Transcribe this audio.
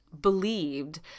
believed